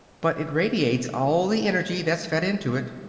but it radiates all the energy that's fed into it.